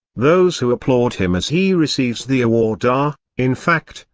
those who applaud him as he receives the award are, in fact,